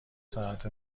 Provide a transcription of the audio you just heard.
ساعت